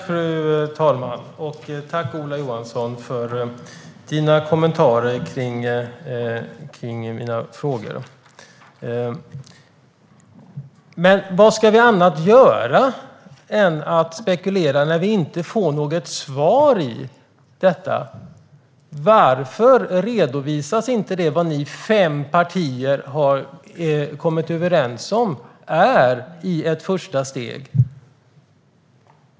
Fru talman! Tack, Ola Johansson, för dina kommentarer kring mina frågor. Men vad ska vi annars göra än att spekulera när vi inte får något svar? Varför redovisas det inte vad ni fem partier har kommit överens om som ett första steg?